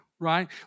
right